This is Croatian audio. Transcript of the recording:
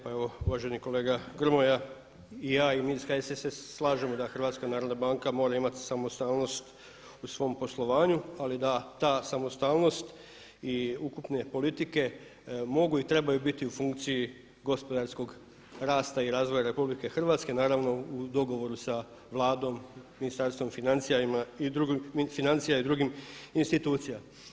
Pa evo uvaženi kolega Grmoja i ja i mi iz HSS-a se slažemo da HNB mora imati samostalnost u svom poslovanju, ali da ta samostalnost i ukupne politike mogu i trebaju biti u funkciji gospodarskog rasta i razvoja RH, naravno u dogovoru sa Vladom, Ministarstvom financija i drugim institucijama.